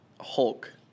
Hulk